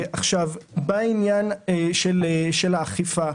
בעניין האכיפה,